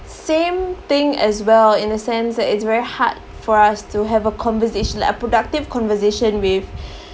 same thing as well in a sense that it's very hard for us to have a conversation like a productive conversation with